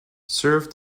served